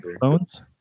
phones